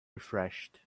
refreshed